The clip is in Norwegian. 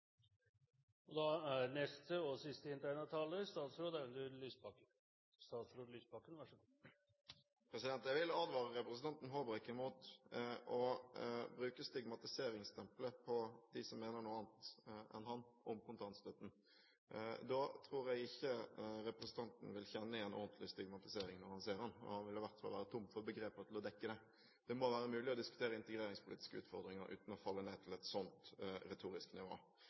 kontantstøtten. Da tror jeg ikke representanten vil kjenne igjen ordentlig stigmatisering når han ser det – han ville i hvert fall være tom for begreper til å dekke det. Det må være mulig å diskutere integreringspolitiske utfordringer uten å falle ned til et sånt retorisk nivå.